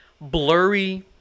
blurry